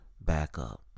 backup